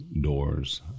doors